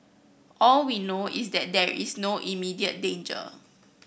all we know is that there is no immediate danger